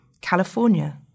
California